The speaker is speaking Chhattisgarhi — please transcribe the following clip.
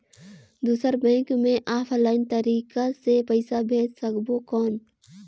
दुसर बैंक मे ऑफलाइन तरीका से पइसा भेज सकबो कौन?